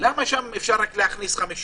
למה שם אפשר להכניס 50